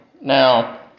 Now